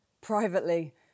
privately